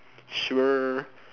sure